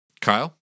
Kyle